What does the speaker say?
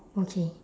okay